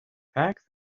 pack